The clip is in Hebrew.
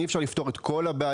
אי אפשר לפתור את כל הבעיות,